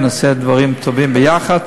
ונעשה דברים טובים יחד,